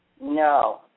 No